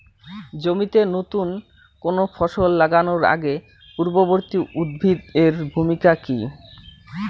জমিতে নুতন কোনো ফসল লাগানোর আগে পূর্ববর্তী উদ্ভিদ এর ভূমিকা কি?